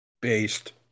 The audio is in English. Based